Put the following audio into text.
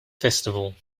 festival